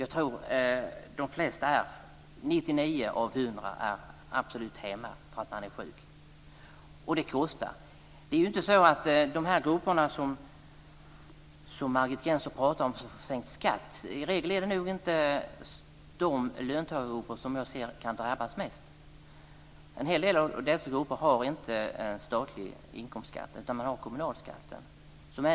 Jag tror att 99 av 100 är hemma för att de är sjuka, och det kostar. I regel är det nog inte de löntagargrupper som Margit Gennser pratar om som får sänkt skatt som drabbas mest. En hel del av de här människorna har inte en statlig inkomstskatt, utan de har kommunalskatten.